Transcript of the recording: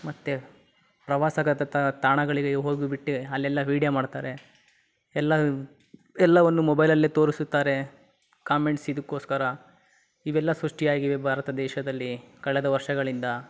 ಮತ್ತು ಪ್ರವಾಸದ ತಾ ತಾಣಗಳಿಗೆ ಹೋಗಿಬಿಟ್ಟು ಅಲ್ಲೆಲ್ಲ ವೀಡಿಯೊ ಮಾಡ್ತಾರೆ ಎಲ್ಲ ಎಲ್ಲವನ್ನೂ ಮೊಬೈಲಲ್ಲೇ ತೋರಿಸುತ್ತಾರೆ ಕಾಮೆಂಟ್ಸ್ ಇದಕ್ಕೋಸ್ಕರ ಇವೆಲ್ಲ ಸೃಷ್ಟಿಯಾಗಿವೆ ಭಾರತ ದೇಶದಲ್ಲಿ ಕಳೆದ ವರ್ಷಗಳಿಂದ